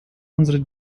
unsere